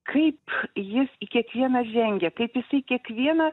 kaip jis į kiekvieną žengia kaip jis į kiekvieną